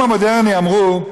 בעולם המודרני אמרו: